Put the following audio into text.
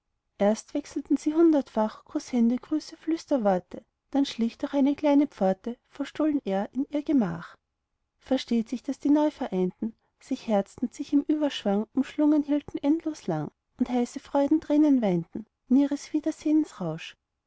erst wechselten sie hundertfach kußhände grüße flüsterworte dann schlich durch eine kleine pforte verstohlen er in ihr gemach versteht sich daß die neuvereinten sich herzten sich im überschwang umschlungen hielten endlos lang und heiße freudentränen weinten in ihres wiedersehens rausch